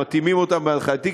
הם מתאימים אותן בהנחייתי,